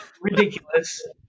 ridiculous